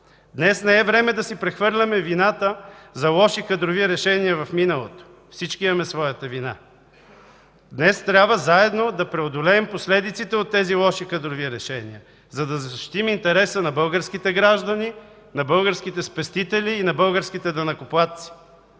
Днес не е време да си прехвърляме вината за лоши кадрови решения в миналото – всички имаме своята вина, днес трябва заедно да преодолеем последиците от тези лоши кадрови решения, за да защитим интереса на българските граждани, на българските спестители и на българските данъкоплатци.